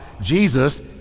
Jesus